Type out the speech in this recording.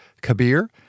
Kabir